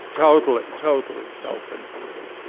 totally, totally self interested.